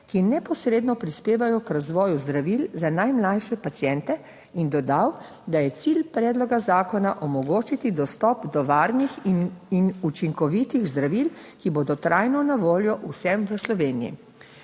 ki neposredno prispevajo k razvoju zdravil za najmlajše paciente in dodal, da je cilj predloga zakona omogočiti dostop do varnih in učinkovitih zdravil, ki bodo trajno na voljo vsem v Sloveniji.